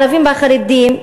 הערבים והחרדים,